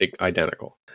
identical